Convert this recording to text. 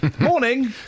Morning